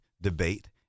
debate